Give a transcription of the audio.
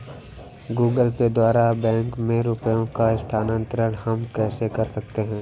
Google Pay द्वारा bank में रुपयों का स्थानांतरण हम कैसे कर सकते हैं?